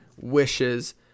wishes